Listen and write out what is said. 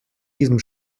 diesem